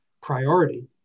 priority